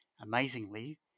amazingly